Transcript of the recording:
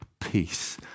peace